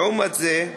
לעומת זה,